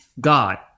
God